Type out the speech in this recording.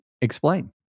explain